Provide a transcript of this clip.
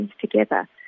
together